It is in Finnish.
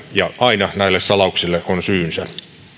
ja päivä aina näille salauksille on syynsä